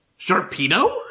Sharpedo